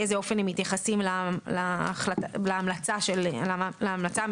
באיזה אופן הם מתייחסים להמלצה המקצועית,